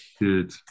Good